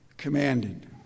commanded